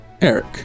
Eric